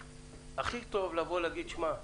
הכי טוב לבוא ולומר שתאמרו